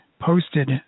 posted